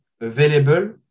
available